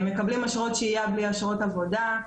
הם מקבלים אשרות שהייה בלי אשרות עבודה,